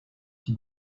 qui